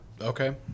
Okay